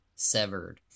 severed